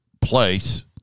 place